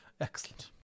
Excellent